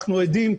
אנחנו עדים,